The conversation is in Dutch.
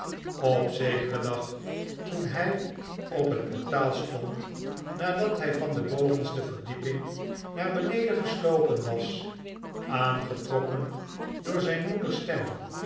op zekeren dag toen hij op het portaal stond nadat hij van de bovenste verdieping naar beneden geslopen was aangetrokken door zijn moeders stem